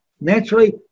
naturally